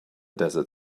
desert